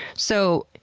so,